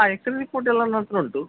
ಹಾಂ ಎಕ್ಸ್ರೇ ರಿಪೋರ್ಟೆಲ್ಲ ನನ್ನ ಹತ್ರ ಉಂಟು